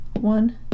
one